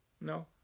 No